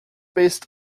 based